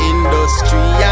Industry